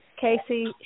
Casey